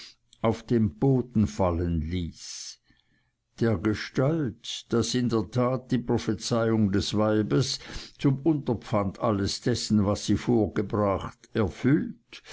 auf den boden fallen ließ dergestalt daß in der tat die prophezeiung des weibes zum unterpfand alles dessen was sie vorgebracht erfüllt